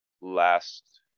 last